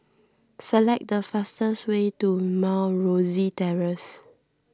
select the fastest way to Mount Rosie Terrace